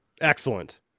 Excellent